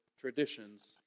traditions